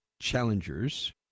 Challengers